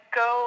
go